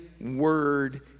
word